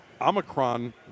Omicron